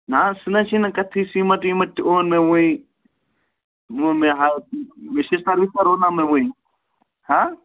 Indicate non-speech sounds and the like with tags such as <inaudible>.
نہ حظ سُہ نَے چھُے نہ کَتھٕے سیٖمَٹ ویٖمٹ تہِ اوٚن مےٚ وٕنۍ <unintelligible> مےٚ شِشتر وِشتر اوٚنا مےٚ وٕنۍ ہہ